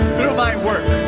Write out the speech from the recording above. through my work.